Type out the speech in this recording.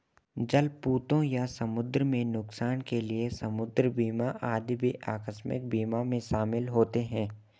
जलपोतों या समुद्र में नुकसान के लिए समुद्र बीमा आदि भी आकस्मिक बीमा में शामिल होते हैं